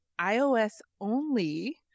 iOS-only